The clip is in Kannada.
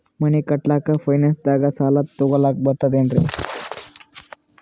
ಮನಿ ಕಟ್ಲಕ್ಕ ಫೈನಾನ್ಸ್ ದಾಗ ಸಾಲ ತೊಗೊಲಕ ಬರ್ತದೇನ್ರಿ?